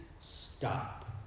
stop